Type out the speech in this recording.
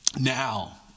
Now